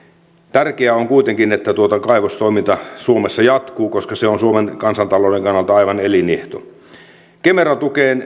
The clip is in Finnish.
tärkeää on kuitenkin että kaivostoiminta suomessa jatkuu koska se on suomen kansantalouden kannalta aivan elinehto kemera tukeen